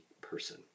person